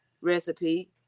recipe